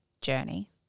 journey